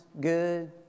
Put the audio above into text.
good